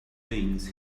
things